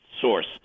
source